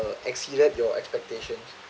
uh exceeded your expectations